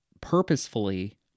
purposefully